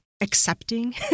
accepting